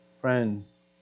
Friends